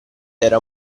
era